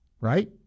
right